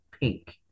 pink